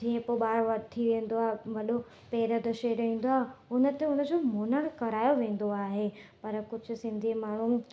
जीअं पोइ ॿारु वधी थी वेंदो आहे वॾो पहिरियों दशहरो ईंदो आ हुन ते उन जो मुंडण करायो वेंदो आहे पर कुझु सिंधी माण्हू